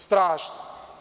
Strašno.